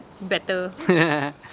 better